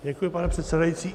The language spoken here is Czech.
Děkuji, pane předsedající.